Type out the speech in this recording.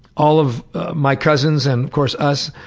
all of my cousins and of course us.